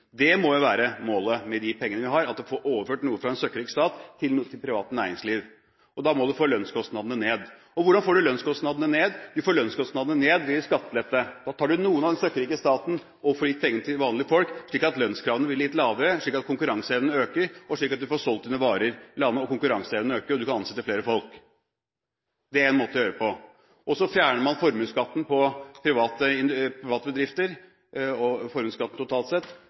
Det må jo være målet med de pengene vi har – å få overført noe fra en søkkrik stat til det private næringsliv. Da må man få lønnskostnadene ned. Og hvordan får man lønnskostnadene ned? Man får lønnskostnadene ned ved skattelette. Da tar man noen penger fra den søkkrike staten og gir til vanlige folk. Lønnskravene blir da litt lavere. Konkurranseevnen øker, du får solgt dine varer, og du kan ansette flere folk. Det er en måte å gjøre det på. Så fjerner man formuesskatten for både private bedrifter og totalt sett,